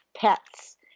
pets